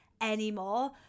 anymore